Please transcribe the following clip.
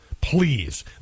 Please